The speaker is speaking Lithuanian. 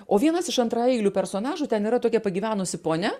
o vienas iš antraeilių personažų ten yra tokia pagyvenusi ponia